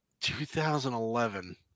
2011